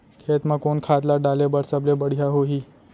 खेत म कोन खाद ला डाले बर सबले बढ़िया होही?